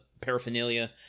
paraphernalia